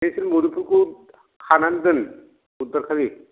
बेसोर मुदुफुलखौ खानानै दोन बुधबार खालि